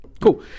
Cool